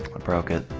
but broken